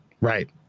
Right